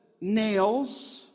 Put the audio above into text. nails